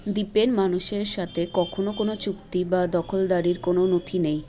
দ্বীপের মানুষের সাথে কখনো কোনো চুক্তি বা দখলদারির কোনো নথি নেই